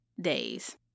days